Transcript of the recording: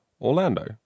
orlando